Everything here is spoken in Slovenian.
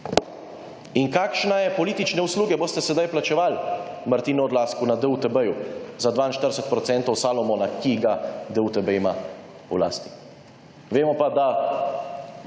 In kakšne politične usluge boste sedaj plačevali Martinu Odlazku na DUTB za 42 % Salomona, ki ga DUTB ima v lasti. Vemo pa, da